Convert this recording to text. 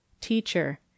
Teacher